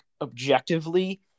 objectively